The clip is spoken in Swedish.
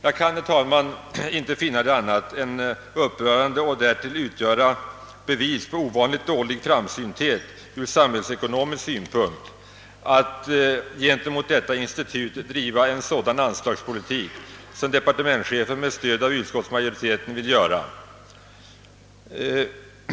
Jag kan, herr talman, icke finna det annat än upprörande och därtill utgöra bevis på ovanligt dålig framsynthet ur samhällsekonomisk synpunkt att gentemot detta institut driva en sådan <anslagspolitik, som =:departementschefen med stöd av utskottsmajoriteten vill göra.